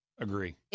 Agree